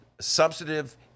substantive